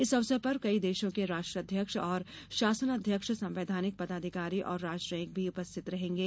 इस अवसर पर कई देशों के राष्ट्राध्यक्ष और शासनाध्यक्ष संवैधानिक पदाधिकारी और राजनयिक भी उपस्थित रहेंगे